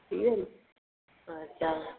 थी वेंदी अच्छा